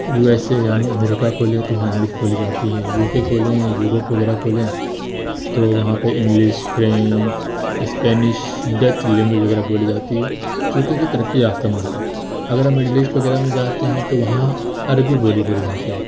you S A یعنی امریکہ کو لیں تو وہاں انگلش بولی جاتی ہے یو کے کو لیں یوروپ وغیرہ کو لیں تو وہاں پہ English French Spanish Dutch language وغیرہ بولی جاتی ہے جو کہ ایک ترقی یافتہ ملک ہے اگر ہم مڈل ایسٹ وغیرہ میں جاتے ہیں تو وہاں عربی بولی بولی جاتی ہے